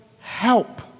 help